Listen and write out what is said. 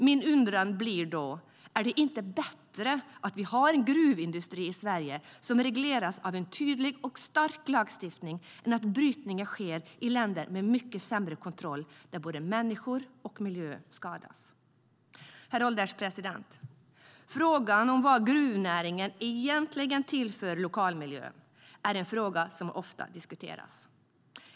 Min undran blir då: Är det inte bättre att vi har en gruvindustri i Sverige som regleras av en tydlig och stark lagstiftning, än att brytningen sker i länder med mycket sämre kontroll, där både människor och miljö skadas? Herr ålderspresident! Vad gruvnäringen egentligen tillför lokalmiljön är en fråga som ofta diskuteras.